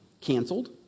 canceled